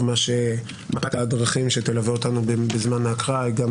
מפת הדרכים שתלווה אותנו בזמן ההקראה היא גם